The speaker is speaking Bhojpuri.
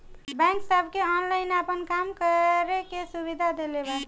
बैक सबके ऑनलाइन आपन काम करे के सुविधा देले बा